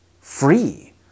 free